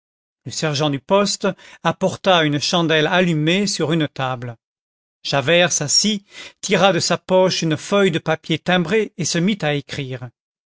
le sergent du poste apporta une chandelle allumée sur une table javert s'assit tira de sa poche une feuille de papier timbré et se mit à écrire